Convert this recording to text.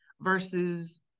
versus